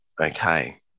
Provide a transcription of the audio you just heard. okay